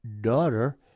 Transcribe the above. daughter